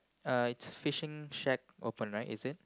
uh it's fishing shed open right is it